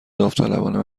داوطلبانه